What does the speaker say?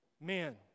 men